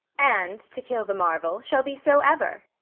and, to kill the marvel, shall be so ever.